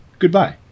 Goodbye